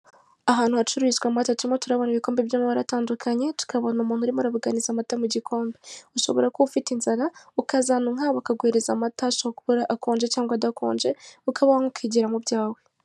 Ahantu hacururizwa amata turimo turabona ibikombe by'amabara atandukanye tukabona umuntu urimo arabuganiza amata mugikombe, ushobora kuba ufite inzara ukaza ahantu nkaha bakaguha amata aba akonje cyangwa adakonje ukaba wanywa ukigira mu ibyawe.